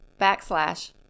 backslash